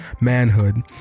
manhood